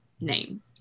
name